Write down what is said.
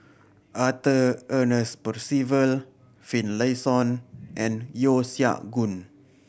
Arthur Ernest Percival Finlayson and Yeo Siak Goon